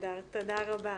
תודה רבה.